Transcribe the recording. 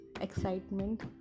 excitement